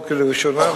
כרוחה וכלשונה,